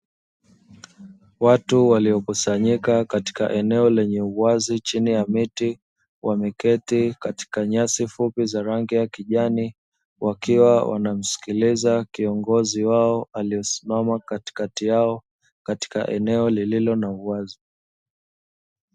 Watu waliokusanyika katika eneo lenye uwazi chini ya miti wameketi katika nyasi fupi za rangi ya kijani, wakiwa wanamsikiliza kiongozi wao aliyesimama katikati yao katika eneo lililo na uwazi.